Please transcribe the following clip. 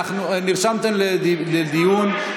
נרשמתם לדיון.